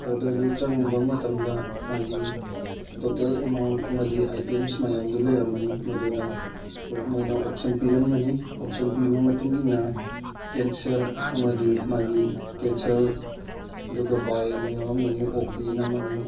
ꯑꯣꯔꯗꯔꯗꯨ ꯆꯪꯉꯨꯕ ꯃꯇꯝꯗ ꯃꯥꯒꯤ ꯇꯣꯇꯦꯜ ꯑꯦꯃꯥꯎꯟ ꯑꯃꯗꯤ ꯑꯥꯏꯇꯦꯝꯁ ꯃꯌꯥꯝꯗꯨ ꯂꯩꯔꯝꯃꯅꯤ ꯃꯗꯨꯗ ꯑꯩꯈꯣꯏ ꯃꯣꯏ ꯑꯣꯞꯁꯟ ꯄꯤꯔꯝꯒꯅꯤ ꯑꯣꯞꯁꯟ ꯄꯤꯕ ꯃꯇꯨꯡꯏꯟꯅ ꯀꯦꯟꯁꯦꯜ ꯑꯃꯗꯤ ꯃꯥꯒꯤ ꯀꯦꯟꯁꯦꯜ ꯑꯗꯨꯒ ꯕꯥꯏ ꯑꯃ ꯌꯥꯎꯔꯝꯒꯅꯤ ꯑꯣꯀꯦ ꯅꯝꯃꯅꯤ